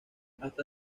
hasta